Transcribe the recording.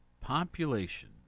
population